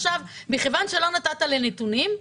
מכיוון שלא נתת לי נתונים,